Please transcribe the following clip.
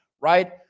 right